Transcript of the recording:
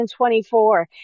2024